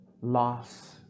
loss